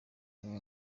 ibi